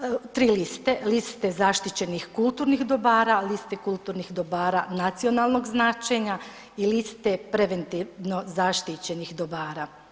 3 liste, liste zaštićenih kulturnih dobara, liste kulturnih dobara nacionalnog značenja i liste preventivno zaštićenih dobara.